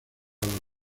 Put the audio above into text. los